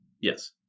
yes